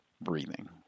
breathing